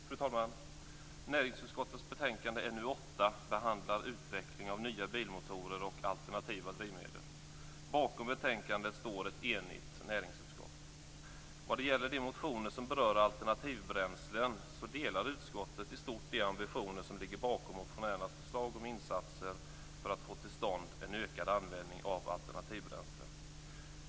Fru talman! I näringsutskottets betänkande 1997/98:NU8 behandlas utvecklingen av nya bilmotorer och alternativa drivmedel. Bakom betänkandet står ett enigt näringsutskott. Vad gäller de motioner som rör alternativa bränslen delar utskottets ledamöter i stort de ambitioner som ligger bakom motionärernas förslag om insatser för att få till stånd en ökad användning av alternativa bränslen.